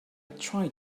tried